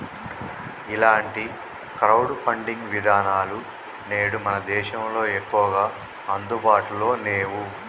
ఇలాంటి crowd funding విధానాలు నేడు మన దేశంలో ఎక్కువగా అందుబాటులో నేవు